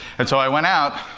and so i went out.